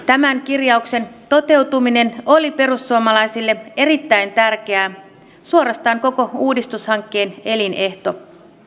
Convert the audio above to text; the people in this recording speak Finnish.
tämän kirjauksen toteutuminen oli perussuomalaisille erittäin tärkeää suorastaan koko uudistushankkeen elinehto